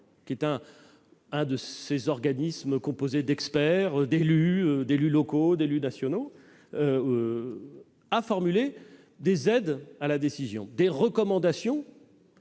s'agit d'un de ces organismes composés d'experts, d'élus locaux et nationaux. Il a formulé des aides à la décision, des recommandations,